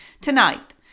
Tonight